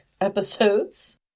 episodes